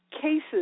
cases